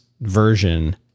version